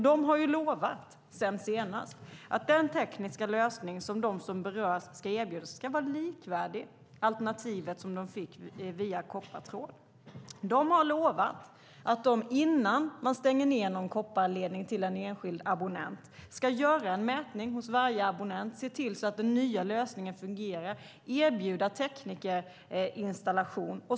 De har lovat sedan senast att den tekniska lösning som de som berörs erbjuds ska vara likvärdig alternativet som de fick via koppartråd. De har lovat att de innan de stänger någon kopparledning till en enskild abonnent ska göra en mätning hos varje abonnent, se till att den nya lösningen fungerar och erbjuda teknikerinstallation.